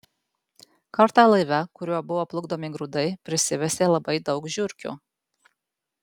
kartą laive kuriuo buvo plukdomi grūdai prisiveisė labai daug žiurkių